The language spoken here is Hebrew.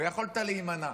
ויכולת להימנע.